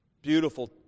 Beautiful